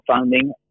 funding